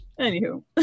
Anywho